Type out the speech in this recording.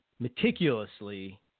Meticulously